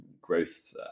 growth